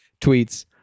tweets